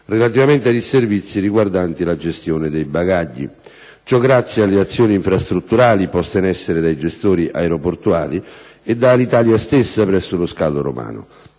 relativamente ai disservizi riguardanti la gestione dei bagagli. Ciò grazie alle azioni infrastrutturali poste in essere dai gestori aeroportuali e da Alitalia stessa presso lo scalo romano.